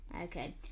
Okay